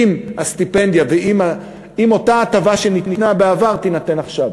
אם הסטיפנדיה ואם אותה הטבה שניתנה בעבר תינתן עכשיו.